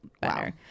better